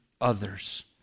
others